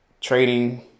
trading